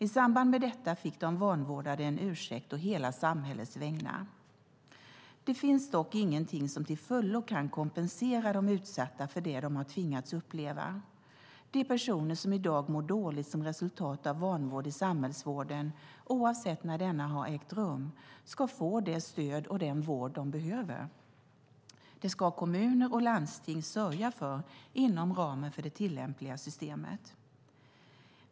I samband med detta fick de vanvårdade en ursäkt å hela samhällets vägnar. Det finns dock ingenting som till fullo kan kompensera de utsatta för det de har tvingats uppleva. De personer som i dag mår dåligt som resultat av vanvård i samhällsvården, oavsett när denna har ägt rum, ska få det stöd och den vård de behöver. Det ska kommuner och landsting sörja för inom ramen för det tillämpliga systemet.